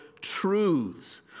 truths